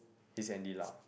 he's Andy-Lau